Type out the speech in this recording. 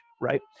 Right